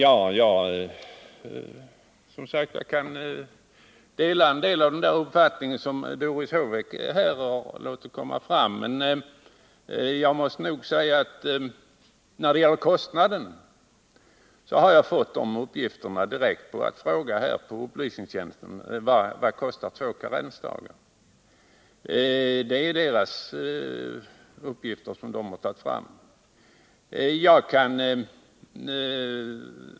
Herr talman! Jag kan dela en del av de uppfattningar som Doris Håvik har gett uttryck för, men uppgifterna beträffande kostnaderna har jag fått efter direkt fråga till upplysningstjänsten: Vad kostar två karensdagar? Det är deras uppgifter, som de har tagit fram.